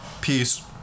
Peace